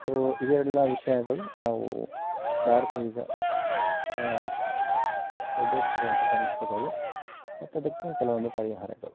so ಇದೆಲ್ಲ ವಿಷಯಗಳು ನಾವು ಭಾರತ ಈಗ ಎದುರಿಸ್ತಿರುವಂಥ ಸಮಸ್ಯೆಗಳು ಮತ್ತದಕ್ಕೆ ಕೆಲವೊಂದು ಪರಿಹಾರಗಳು